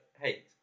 hate